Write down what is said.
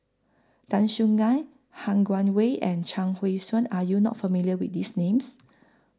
Tan Soo NAN Han Guangwei and Chuang Hui Tsuan Are YOU not familiar with These Names